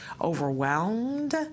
overwhelmed